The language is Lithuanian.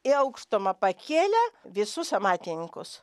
į aukštumą pakėlė visus amatininkus